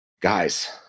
guys